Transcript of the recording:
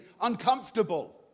uncomfortable